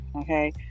okay